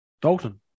Dalton